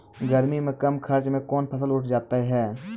गर्मी मे कम खर्च मे कौन फसल उठ जाते हैं?